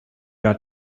got